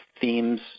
themes